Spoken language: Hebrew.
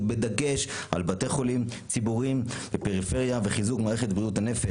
בדגש על בתי חולים ציבוריים בפריפריה וחיזוק מערכת בריאות הנפש.